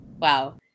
Wow